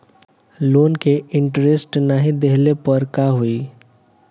Loan के interest नाही देहले पर का होई?